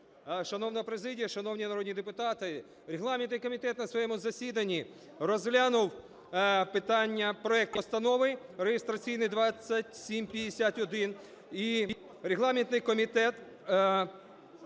Шановна президія, шановні народні депутати, регламентний комітет на своєму засіданні розглянув питання, проект Постанови (реєстраційний 2751). І регламентний комітет